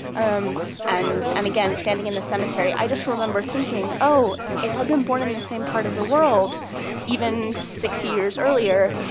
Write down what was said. um and and, again, standing in a cemetery, i just remember thinking, oh, if i'd been born in this same part of the world even six years earlier,